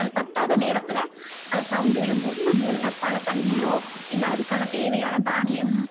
அது பற்றாத நேரத்தில் அது சவுண்டு விடும்போது நம்ம ஒரு டப்பாவில் தண்ணியோ இல்லை அதுக்கான தேவையான தானியம்